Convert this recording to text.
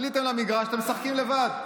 עליתם למגרש, אתם משחקים לבד.